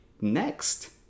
next